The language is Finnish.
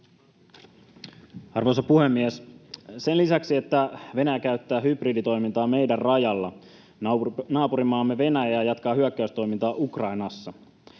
Arvoisa puhemies! Sen lisäksi, että Venäjä käyttää hybriditoimintaa meidän rajalla, naapurimaamme Venäjä jatkaa hyökkäystoiminta Ukrainassa.